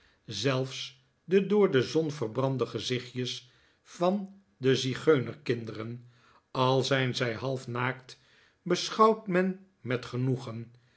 zelfs de door de zon verbrande gezichtjes van de zigeunerkinderen al zijn zij half naakt beschouwt men met genoegen